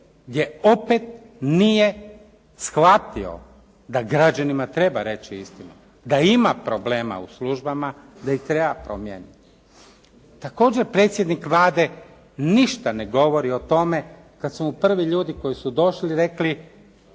gdje opet nije shvatio da građanima treba reći istinu, da ima problema u službama, da ih treba promijeniti. Također predsjednik Vlade ništa ne govori o tome kada su mu prvi ljudi koji su došli rekli